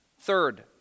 Third